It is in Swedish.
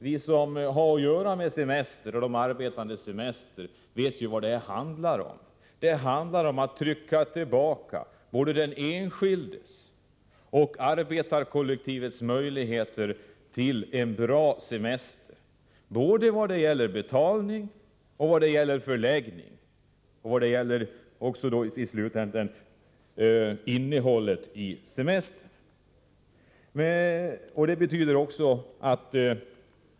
Vi som har att göra med frågor om de arbetandes semester vet vad moderaternas förslag egentligen handlar om, nämligen att försämra både den enskildes och arbetarkollektivets möjligheter att få en bra semester i vad gäller såväl betalning och förläggning som innehållet i semestern.